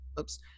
Oops